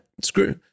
screw